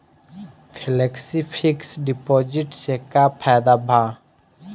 Flexi fix deposit से का फायदा भा?